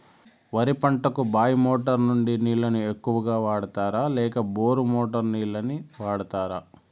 వరి పంటకు బాయి మోటారు నుండి నీళ్ళని ఎక్కువగా వాడుతారా లేక బోరు మోటారు నీళ్ళని వాడుతారా?